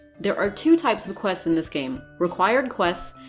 there are two types of quests in this game required quests,